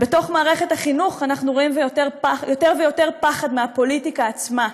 בתוך מערכת החינוך אנחנו רואים יותר ויותר פחד מהפוליטיקה עצמה,